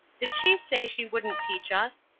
did she say she wouldn't teach us?